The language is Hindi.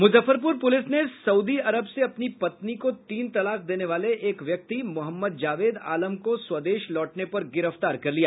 मूजफ्फरपूर पूलिस ने सउदी अरब से अपनी पत्नी को तीन तलाक देने वाले एक व्यक्ति मोहम्मद जावेद आलम को स्वदेश लौटने पर गिरफ्तार कर लिया